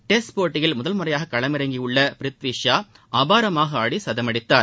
test போட்டியில் முதல் முறையாக களமிறங்கியுள்ள பிரித்வி ஷா அபாரமாக ஆடி சதம் அடித்தார்